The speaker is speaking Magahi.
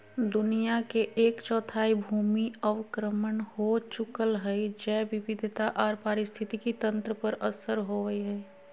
दुनिया के एक चौथाई भूमि अवक्रमण हो चुकल हई, जैव विविधता आर पारिस्थितिक तंत्र पर असर होवई हई